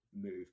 moved